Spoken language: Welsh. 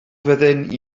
fydden